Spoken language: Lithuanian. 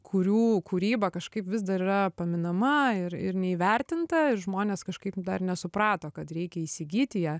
kurių kūryba kažkaip vis dar yra paminama ir ir neįvertinta žmonės kažkaip dar nesuprato kad reikia įsigyti ją